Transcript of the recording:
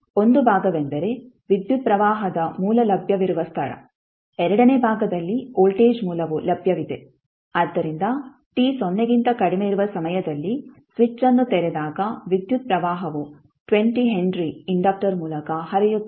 ಒಂದು ಭಾಗವೆಂದರೆ ವಿದ್ಯುತ್ ಪ್ರವಾಹದ ಮೂಲ ಲಭ್ಯವಿರುವ ಸ್ಥಳ ಎರಡನೇ ಭಾಗದಲ್ಲಿ ವೋಲ್ಟೇಜ್ ಮೂಲವು ಲಭ್ಯವಿದೆ ಆದ್ದರಿಂದ t ಸೊನ್ನೆಗಿಂತ ಕಡಿಮೆ ಇರುವ ಸಮಯದಲ್ಲಿ ಸ್ವಿಚ್ಅನ್ನು ತೆರೆದಾಗ ವಿದ್ಯುತ್ ಪ್ರವಾಹವು 20 ಹೆನ್ರಿ ಇಂಡಕ್ಟರ್ ಮೂಲಕ ಹರಿಯುತ್ತದೆ